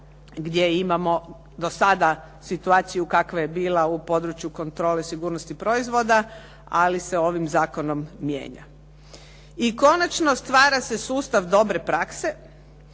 gdje imamo do sada situaciju kakva je bila u području kontrole sigurnosti proizvoda, ali se ovim zakonom mijenja. I konačno, stvara se sustav dobre prakse